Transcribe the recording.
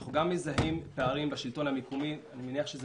אנחנו מזהים פערים גם בשלטון המקומי אני מניח שזה